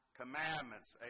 commandments